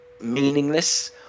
meaningless